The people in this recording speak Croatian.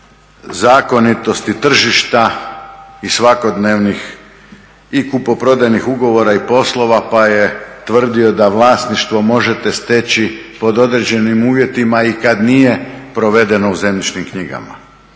zakonitosti tržišta i svakodnevnih i kupoprodajnih ugovora i poslova, pa je tvrdio da vlasništvo možete steći pod određenim uvjetima i kad nije provedeno u zemljišnim knjigama.